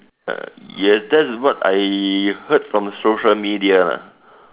uh yes that is I heard from the social media lah